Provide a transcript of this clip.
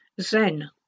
Zen